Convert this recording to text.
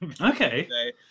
okay